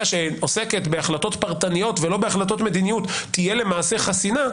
שעוסקת בהחלטות פרטניות ולא בהחלטות מדיניות תהיה למעשה חסינה,